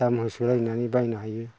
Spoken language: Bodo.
दामांसु नायनानै बायनो हायो